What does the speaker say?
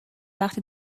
وقتی